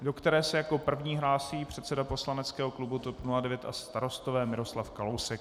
Do té se jako první hlásí předseda poslaneckého klubu TOP 09 a Starostové Miroslav Kalousek.